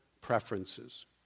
preferences